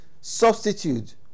substitute